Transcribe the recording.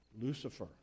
Lucifer